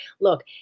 look